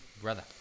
brother